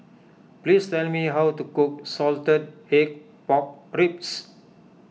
please tell me how to cook Salted Egg Pork Ribs